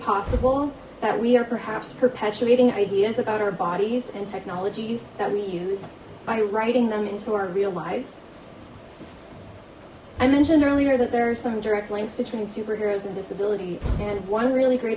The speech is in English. possible that we are perhaps perpetuating ideas about our bodies and technologies that we use by writing them into our real lives i mentioned earlier that there are some direct links between superheroes and disability and one really great